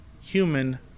human